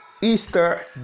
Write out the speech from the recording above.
Easter